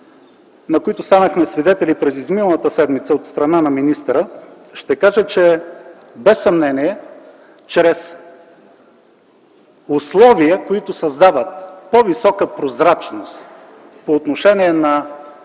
на които станахме свидетели през изминалата седмица, от страна на министъра, ще кажа, че без съмнение чрез условия, които създават по-висока прозрачност по отношение на